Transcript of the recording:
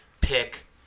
pick